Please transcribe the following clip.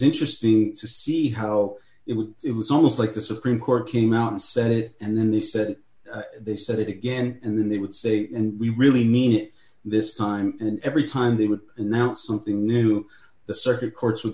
interesting to see how it was it was almost like the supreme court came out and said it and then they said they said it again and then they would say and we really mean it this time and every time they would announce something new the circuit courts would